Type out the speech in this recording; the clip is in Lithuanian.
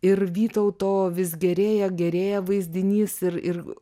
ir vytauto vis gerėja gerėja vaizdinys ir ir